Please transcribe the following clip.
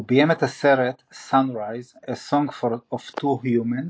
הוא ביים את הסרט "Sunrise a Song of Two Humans"